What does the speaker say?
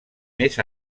més